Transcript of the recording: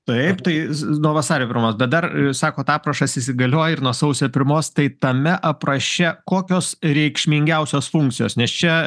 taip tai nuo vasario pirmos da dar sakot aprašas įsigalioja ir nuo sausio pirmos tai tame apraše kokios reikšmingiausios funkcijos nes čia